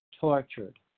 tortured